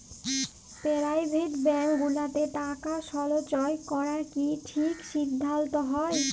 private bank গুলাতে টাকা সল্চয় ক্যরা কি ঠিক সিদ্ধাল্ত হ্যয়